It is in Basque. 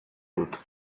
dut